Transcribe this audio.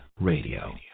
Radio